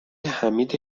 حمید